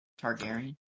Targaryen